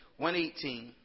118